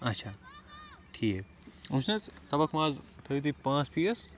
اَچھا ٹھیٖک تَبَکھ ماز تھٲیِو تُہۍ پانٛژھ پیٖس